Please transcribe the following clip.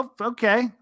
Okay